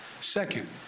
Second